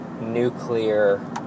nuclear